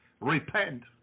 Repent